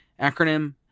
acronym